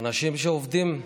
אנשים שעובדים,